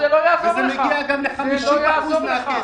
שזה מגיע גם ל-50% מהכסף.